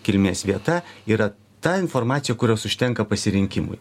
kilmės vieta yra ta informacija kurios užtenka pasirinkimui